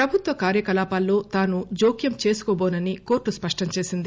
ప్రభుత్వ కార్యకలాపాల్లో తాను జోక్యం చేసుకోటోనని కోర్టు స్పష్టం చేసింది